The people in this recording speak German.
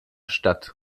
stadt